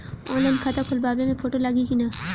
Online खाता खोलबाबे मे फोटो लागि कि ना?